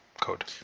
code